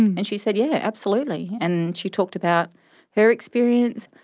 and she said, yeah, absolutely, and she talked about her experience.